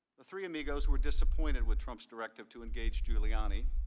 the three amigos were disappointed with trump's directive to engage giuliani,